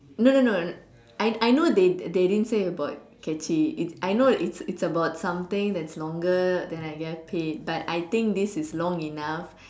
no no no I I know they they didn't say about catchy I know it's it's about something that's longer then I just paid but I think this is long enough